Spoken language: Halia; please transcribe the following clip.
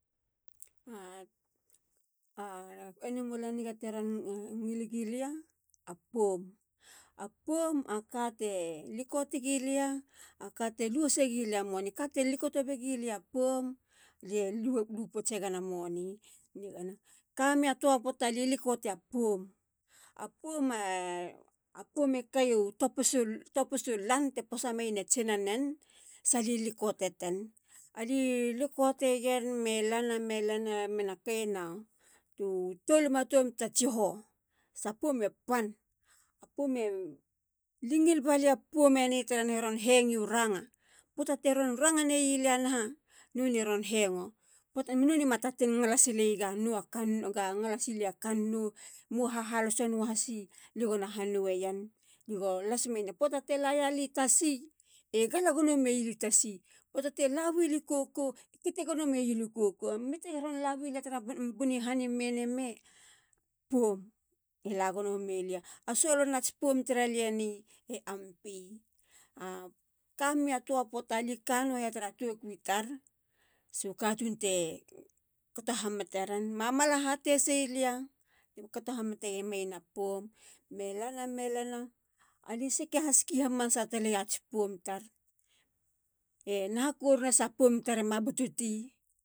Animal a niga teron ngiligi lia. a poum. a poum a kate likote gilia. ekate lu hasegilia money. nigana. kameya toa poata. aliu likotiya poum. a. a. poum e keyu topisu lan te posameyene tsinanen. sa liu likote ten. ali likoteyen. me lana. melana tu tolima tom ta tsiho. sa poum e pan. a poum a li ngil ove ya poum eni. taranahe ron hengu ranga. poata tiron ranga neyalia nalia nonei e ron hengo. nonei matatenngala sileyi ga nowa kanou. ga ngala siliya kanou. emoa. hahaloso nua hasi lia gona hanoeyen. go las meyen. a poata ti gala yalia i tasi. e gala gono meli tasi. poata ti laweli koko. e kete gono meyili koko. metiron lawulia tara bun hani me. ne. me. poum e lagono melia. a solonats poum taralia e. e ampi. e kameya toa poata. li kanuaya tara tokui tar. bo katun te kato hamateren,. mamala hate haseyilia ti kato haamaate meyena poum. me lana. me lana. ali seke haski hamanasa taleyats oum tar. e naha koruna. sa poum tar ma bututi.